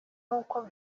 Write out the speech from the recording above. nk’uko